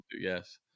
Yes